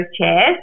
chairs